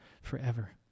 forever